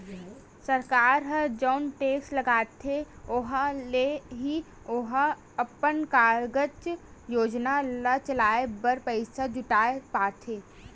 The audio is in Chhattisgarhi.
सरकार ह जउन टेक्स लगाथे उहाँ ले ही ओहा अपन कारज योजना ल चलाय बर पइसा जुटाय पाथे